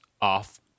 off